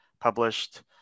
published